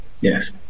Yes